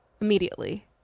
immediately